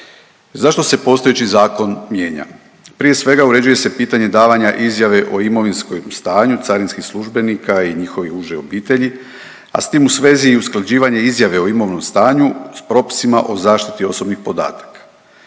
Zašto se postojeći zakon mijenja? Prije svega uređuje se pitanje davanja izjave o imovinskom stanju carinskih službenika i njihove uže obitelji, a s tim u svezi i usklađivanje izjave o imovnom stanju s propisima o zaštiti osobnih podataka.